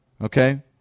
Okay